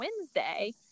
Wednesday